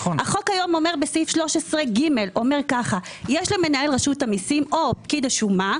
החוק היום אומר בסעיף 13(ג): יש למנהל רשות המיסים או פקיד השומה,